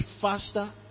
faster